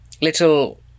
Little